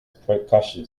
percussion